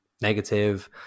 negative